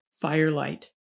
firelight